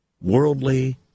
Worldly